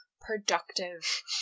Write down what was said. productive